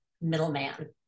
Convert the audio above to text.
middleman